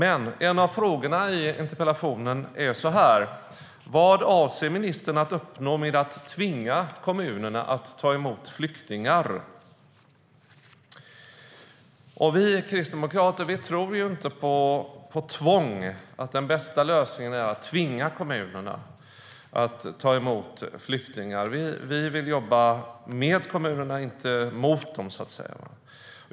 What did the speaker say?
En av frågorna i interpellationen är vad ministern avser att uppnå med att tvinga kommunerna att ta emot flyktingar. Vi kristdemokrater tror inte på tvång. Vi tror inte att den bästa lösningen är att tvinga kommunerna att ta emot flyktingar. Vi vill jobba med kommunerna, inte mot dem.